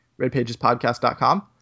RedPagesPodcast.com